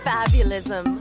Fabulism